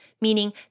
meaning